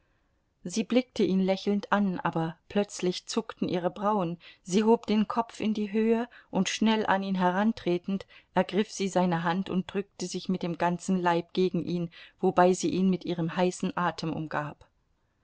sie blickte ihn lächelnd an aber plötzlich zuckten ihre brauen sie hob den kopf in die höhe und schnell an ihn herantretend ergriff sie seine hand und drückte sich mit dem ganzen leib gegen ihn wobei sie ihn mit ihrem heißen atem umgab